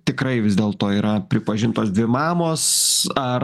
tikrai vis dėlto yra pripažintos dvi mamos ar